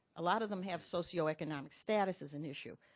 a lot of them have socioeconomic status as an issue.